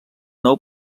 nou